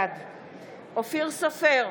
בעד אופיר סופר,